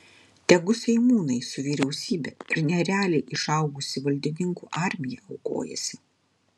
tegu seimūnai su vyriausybe ir nerealiai išaugusi valdininkų armija aukojasi